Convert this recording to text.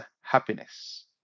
happiness